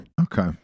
Okay